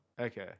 Okay